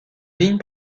ligne